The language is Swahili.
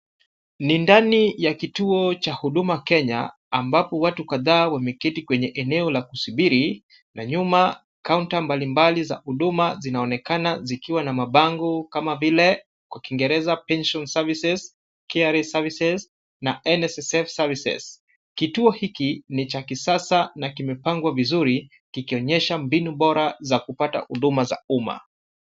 Ni ndani ya kituo cha Huduma Kenya ambapo watu kadhaa wameketi kwenye eneo la kusubiri na nyuma kaunta mbalimbali za huduma zinaonekana zikiwa na mabango kama vile kwa kiingereza pension services, KRA services na NSSF services. Kituo hiki ni cha kisasa na kimepangwa vizuri kikionyesha mbinu bora za kupata huduma za umma.